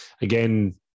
again